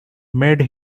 made